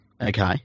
Okay